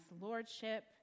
lordship